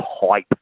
hype